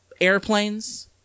airplanes